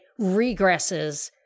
regresses